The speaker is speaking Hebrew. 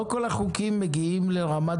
לא כל החוקים מגיעים לרמת